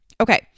Okay